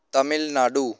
Tamil Nadu